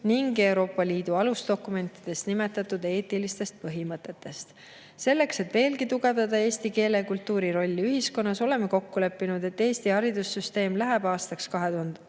ning Euroopa Liidu alusdokumentides nimetatud eetilistest põhimõtetest. Selleks et veelgi tugevdada eesti keele ja kultuuri rolli ühiskonnas, oleme kokku leppinud, et Eesti haridussüsteem läheb aastaks 2030